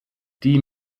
die